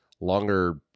longer